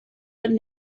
but